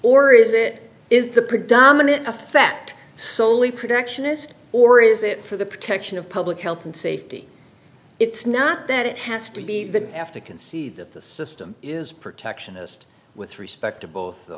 or is it is the predominate effect soley protectionist or is it for the protection of public health and safety it's not that it has to be have to concede that the system is protectionist with respect to both the